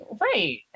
Right